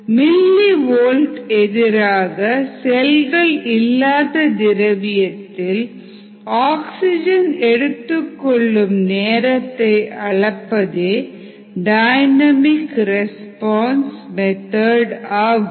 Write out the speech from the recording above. milli volt எதிராக செல்கள் இல்லாத திரவியத்தில் ஆக்சிஜன் எடுத்துக்கொள்ளும் நேரத்தை அளப்பதே டைனமிக் ரெஸ்பான்ஸ் மெத்தட் ஆகும்